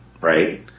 right